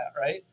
right